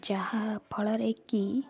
ଯାହାଫଳରେ କି